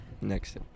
next